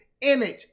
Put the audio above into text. image